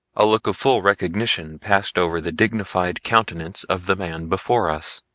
a look of full recognition passed over the dignified countenance of the man before us.